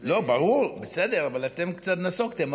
ברור, בסדר, אבל אתם קצת נסוגותם.